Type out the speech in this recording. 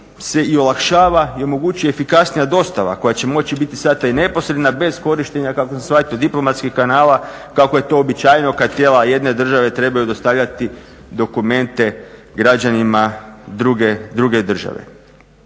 se i olakšava i omogućuje efikasnija dostava koja će moći biti sad i neposredna bez korištenja kako sam shvatio diplomatskih kanala kako je to uobičajeno kad tijela jedne države trebaju dostavljati dokumente građanima druge države.